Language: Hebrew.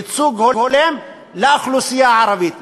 ייצוג הולם לאוכלוסייה הערבית,